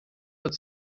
wird